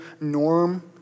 norm